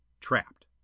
trapped